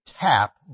tap